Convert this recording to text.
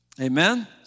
Amen